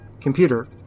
Computer